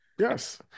Yes